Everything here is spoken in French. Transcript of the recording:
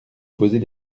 poser